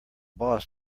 boss